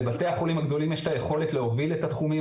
לבתי החולים הגדולים יש את היכולת להוביל את התחומים